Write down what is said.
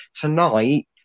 tonight